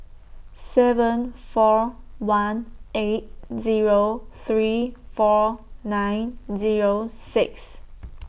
seven four one eight Zero three four nine Zero six